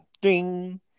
Ding